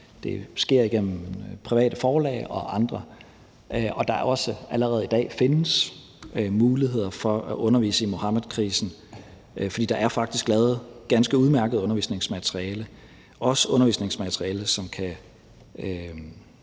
det sker igennem private forlag og andre. Og allerede i dag findes der jo muligheder for at undervise i Muhammedkrisen, for der er faktisk lavet ganske udmærket undervisningsmateriale, også undervisningsmateriale, som kan